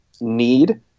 need